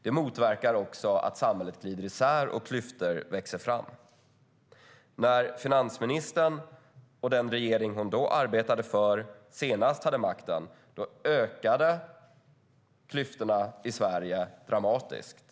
Det motverkar också att samhället glider isär och att klyftor växer fram. När finansministern och den regering hon då arbetade för senast hade makten ökade klyftorna i Sverige dramatiskt.